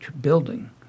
building